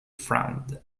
frowned